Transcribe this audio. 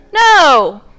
No